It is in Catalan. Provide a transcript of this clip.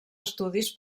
estudis